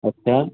अच्छा